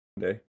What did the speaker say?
day